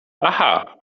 aha